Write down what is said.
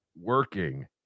working